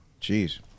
Jeez